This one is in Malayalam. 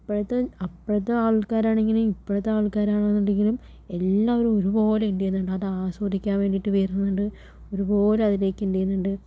ഇപ്പോഴത്തെ അപ്പോഴത്തെ ആൾക്കാരാണെങ്കിലും ഇപ്പോഴത്തെ ആൾക്കാരാണെന്നുണ്ടെങ്ങിലും എല്ലാവരും ഒരുപോലെ എന്ത് ചെയ്യുന്നുണ്ട് അത് ആസ്വദിക്കാൻ വേണ്ടിയിട്ട് വരുന്നുണ്ട് ഒരുപോലെ അതിലേക്ക് എന്ത് ചെയ്യുന്നുണ്ട്